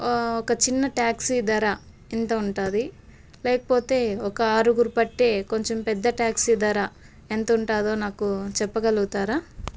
ఒక చిన్న టాక్సీ ధర ఎంత ఉంటుంది లేకపోతే ఒక ఆరుగురు పట్టే కొంచెం పెద్ద టాక్సీ ధర ఎంత ఉంటుందో నాకు చెప్పగలుగుతారా